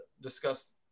discuss